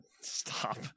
Stop